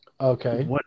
Okay